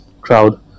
crowd